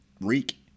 Reek